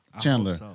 Chandler